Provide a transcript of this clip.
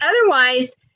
otherwise